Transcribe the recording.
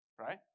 right